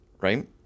right